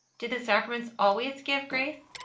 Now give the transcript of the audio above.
do the sacraments always give grace?